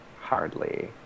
Hardly